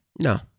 No